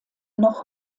noch